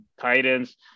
Titans